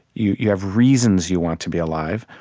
you you have reasons you want to be alive.